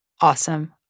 awesome